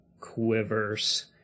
quivers